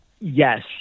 yes